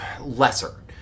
lesser